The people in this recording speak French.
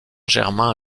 germain